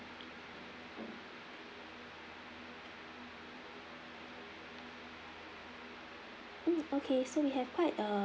mm okay so we have quite a